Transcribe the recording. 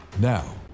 Now